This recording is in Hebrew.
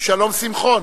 שלום שמחון.